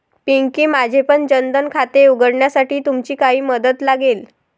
पिंकी, माझेपण जन धन खाते उघडण्यासाठी तुमची काही मदत लागेल